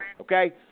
okay